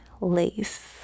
Lace